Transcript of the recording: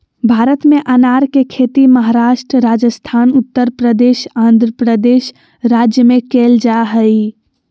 भारत में अनार के खेती महाराष्ट्र, राजस्थान, उत्तरप्रदेश, आंध्रप्रदेश राज्य में कैल जा हई